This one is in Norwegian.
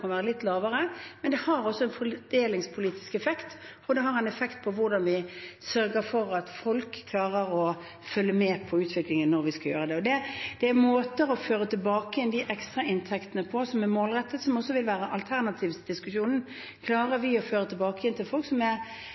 være litt lavere, men det har også en fordelingspolitisk effekt, og det har en effekt på hvordan vi sørger for at folk klarer å følge med på utviklingen når vi skal gjøre det. Målrettede måter å føre tilbake igjen de ekstra inntektene på vil også være alternativdiskusjonen. Klarer vi å føre det tilbake igjen til folk som ikke har hatt råd til å skifte til ny bil ennå, som er